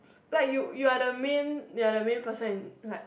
like you you're the main you're the main person in like